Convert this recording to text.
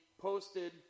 posted